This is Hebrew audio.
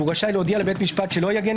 והוא רשאי להודיע לבית משפט שלא יגן